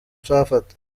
nzafata